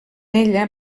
ella